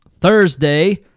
Thursday